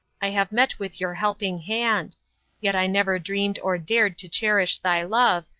i have met with your helping hand yet i never dreamed or dared to cherish thy love,